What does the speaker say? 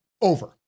over